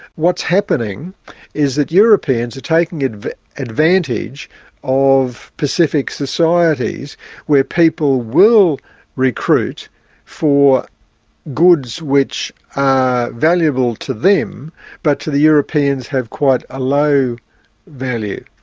what's happening is that europeans are taking ah advantage of pacific societies where people will recruit for goods which are valuable to them but to the europeans have quite a low value.